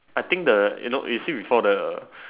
I think the you know you receive before the